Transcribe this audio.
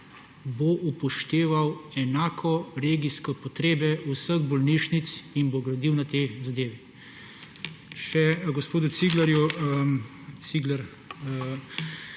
bo upošteval enako regijske potrebe vseh bolnišnic in bo gradil na tej zadevi.